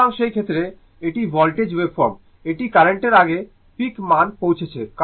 সুতরাং সেই ক্ষেত্রে এটি ভোল্টেজ ওয়েভফর্ম এটি কার্রেন্টের আগে পিক মান পৌঁছেছে